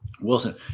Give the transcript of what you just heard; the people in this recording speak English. Wilson